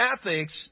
ethics